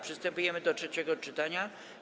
Przystępujemy do trzeciego czytania.